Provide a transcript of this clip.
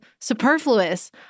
superfluous